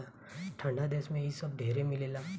ठंडा देश मे इ सब ढेर मिलेला